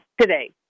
today